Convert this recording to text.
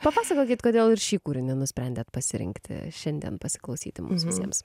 papasakokit kodėl ir šį kūrinį nusprendėt pasirinkti šiandien pasiklausyti mums visiems